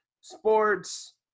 sports